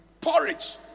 porridge